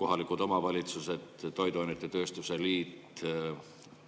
kohalikud omavalitsused, toiduainetööstuse liit,